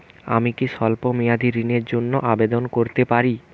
আমি কি স্বল্প মেয়াদি ঋণের জন্যে আবেদন করতে পারি?